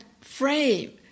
frame